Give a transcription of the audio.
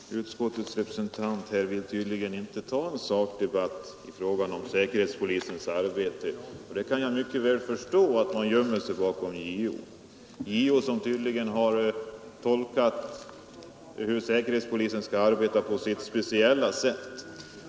Herr talman! Utskottets representant här vill tydligen inte ta upp en sakdebatt om säkerhetspolisens arbete, och det kan jag mycket väl förstå. Hon gömmer sig bakom JO, som tydligen på sitt speciella sätt har tolkat hur säkerhetspolisen skall arbeta.